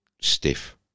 stiff